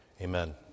Amen